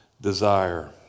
desire